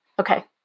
Okay